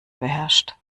beherrscht